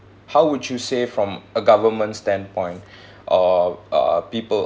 how would you say from a government standpoint or uh people